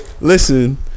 listen